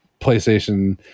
PlayStation